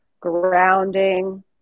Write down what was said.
grounding